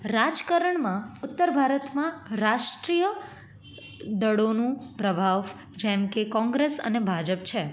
રાજકારણમાં ઉત્તર ભારતમાં રાષ્ટ્રીય દળોનું પ્રભાવ જેમકે કોંગ્રેસ અને ભાજપ છે